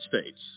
States